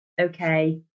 Okay